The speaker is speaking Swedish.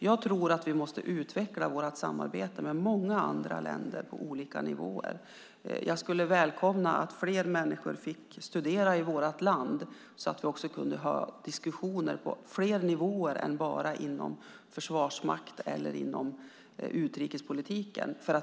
Jag tror att vi måste utveckla vårt samarbete med många andra länder på olika nivåer. Jag skulle välkomna att fler människor fick studera i vårt land så att vi också kunde ha diskussioner på fler nivåer än bara inom Försvarsmakten eller inom utrikespolitiken.